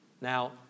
Now